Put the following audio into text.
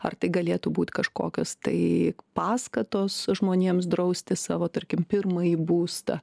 ar tai galėtų būt kažkokios tai paskatos žmonėms drausti savo tarkim pirmąjį būstą